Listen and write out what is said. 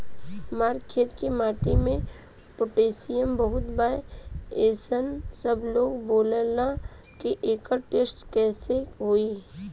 हमार खेत के माटी मे पोटासियम बहुत बा ऐसन सबलोग बोलेला त एकर टेस्ट कैसे होई?